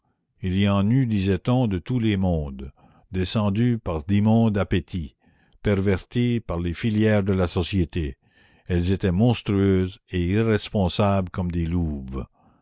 il y en eut disait-on de tous les mondes descendues par d'immondes appétits perverties par les filières de la société elles étaient monstrueuses et irresponsables comme des louves